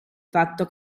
fatto